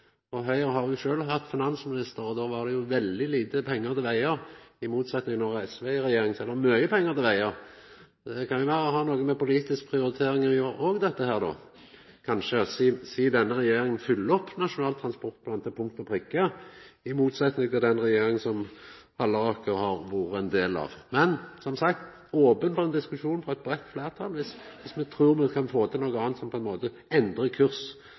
pengane. Høgre har sjølv hatt finansministeren, og då var det jo veldig lite pengar til vegar, i motsetning til når SV er i regjering – då er det mykje pengar til vegar! Dette kan jo òg ha noko med politisk prioritering å gjera, sidan denne regjeringa oppfyller Nasjonal transportplan til punkt og prikke, i motsetning til den regjeringa som Halleraker har vore ein del av. Men eg er som sagt open for ein diskusjon, og for eit breitt fleirtal, viss me trur at me kan få til noko anna som på ein måte